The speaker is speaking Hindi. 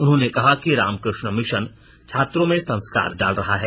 उन्होंने कहा कि रामकृष्ण मिषन छात्रों में संस्कार डाल रहा है